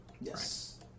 Yes